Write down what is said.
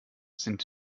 sind